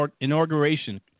inauguration